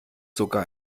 sogar